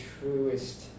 truest